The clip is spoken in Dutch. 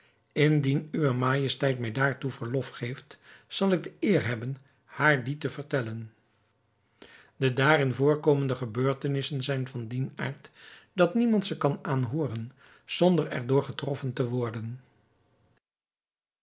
indien uwe majesteit mij daartoe verlof geeft zal ik de eer hebben haar die te verhalen de daarin voorkomende gebeurtenissen zijn van dien aard dat niemand ze kan aanhooren zonder er door getroffen te worden